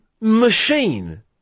machine